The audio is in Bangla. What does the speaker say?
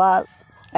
বা